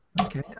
Okay